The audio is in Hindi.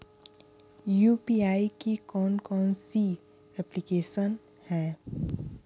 यू.पी.आई की कौन कौन सी एप्लिकेशन हैं?